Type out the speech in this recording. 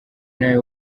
nawe